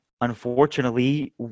unfortunately